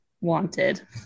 wanted